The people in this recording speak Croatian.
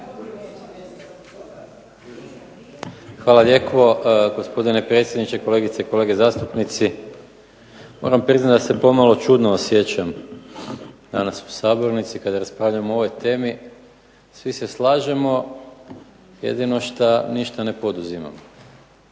Hvala lijepo. Gospodine predsjedniče, kolegice i kolege zastupnici. Moram priznati da se pomalo čudno osjećam danas u sabornici kad raspravljamo o ovoj temi. Svi se slažemo jedino šta ništa ne poduzimamo.